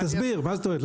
מה זאת אומרת?